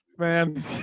Man